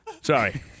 Sorry